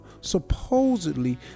supposedly